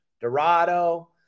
Dorado